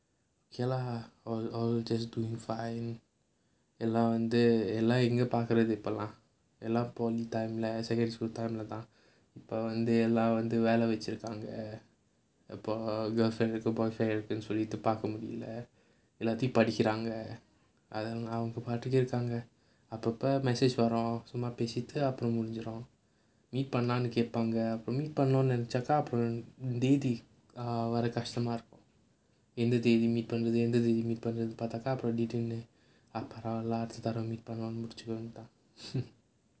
okay lah all all just doing fine எல்லாம் வந்து எல்லாம் எங்க பார்க்குறது இப்போல்லாம் எல்லாம்:ellaam vanthu ellaam enga paarkkurathu ipollaam ellaam polytechnic time leh secondary school time leh தான் இப்போ வந்து எல்லாம் வந்து வேல வச்சிருக்காங்க அப்புறம்:thaan ippo vanthu ellaam vanthu vela vachirukaanga appuram girlfriend இருக்கு:irukku boy friend இருக்கு னு சொல்லிட்டு பார்க்க முடில எல்லாத்தையும் படிக்கிறாங்க அவங்க பாட்டுக்கு இருகாங்க அப்போ அப்போ:irukunnu sollittu paarka mudila ellaathaiyum padikkiraanga avanga paatukku irukkaanga appo appo message வரும் சும்மா பேசிட்டு அப்புறம் முடிஞ்சிரும்:varum summaa pesittu appuram mudinchirum meet பண்ணலாம்னு கேட்பாங்க:pannalaamnu kedpaanga meet பண்ணலாம்னு நினச்சாக்க அப்புறம் தேதி வர கஷ்டமா இருக்கும் எந்த தேதி:pannalaamnu ninaichaakka appuram thethi vara kashtamaa irukkum meet பண்றது எந்த தேதி:pandrathu entha thethi meet பண்றது பார்த்தாக்க அப்புறம்:pandrathu paarthaakka appuram detail பரவலா அடுத்த தடவ:paravalaa adutha thadava meet பண்ணலாம்னு முடிச்சிருவாங்க பா:pannalaamnu mudichiruvaanga paa